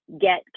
get